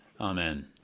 amen